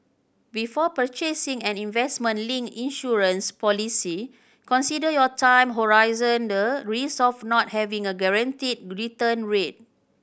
before purchasing an investment linked insurance policy consider your time horizon the risk of not having a guaranteed return rate